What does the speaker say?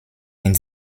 mit